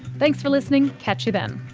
thanks for listening, catch you then